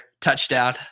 touchdown